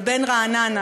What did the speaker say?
ובין רעננה,